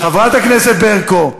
חברת הכנסת ברקו,